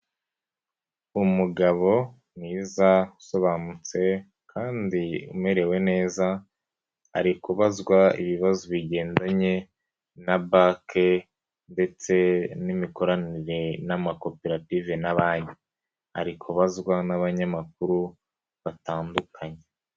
Umugabo mwiza usobanutse kandi umerewe neza, ari kuzwa ibibazo bigendanye na Bank ndetse n'imikoranire n'amakoperative na Banyi. Ari kubazwa n'abanyamakuru batandukanye.